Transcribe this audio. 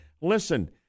Listen